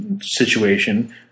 situation